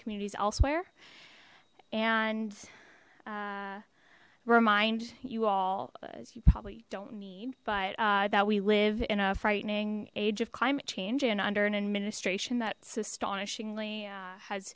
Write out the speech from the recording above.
communities elsewhere and remind you all as you probably don't need but that we live in a frightening age of climate change and under an administration tha